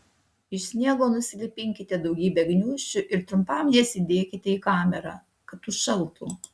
iš sniego nusilipdykite daugybę gniūžčių ir trumpam jas įdėkite į kamerą kad užšaltų